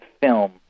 film